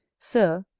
sir,